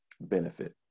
benefit